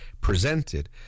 presented